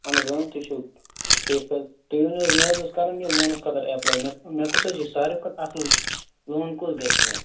اَہَن حظ تُہۍ چھُو ٹھیٖک حظ تُہۍ ؤنِو حظ مےٚ حظ ٲس کَرَن یہِ لونَس خٲطرٕ ایٚپلے مےٚ مےٚ کُس حظ چھُ سارِوٕے کھۄتہٕ اَصٕل لون کُس گژھِ مےٚ